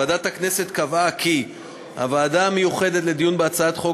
ועדת הכנסת קבעה כי הוועדה המיוחדת לדיון בהצעת חוק